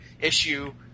issue